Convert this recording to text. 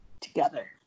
together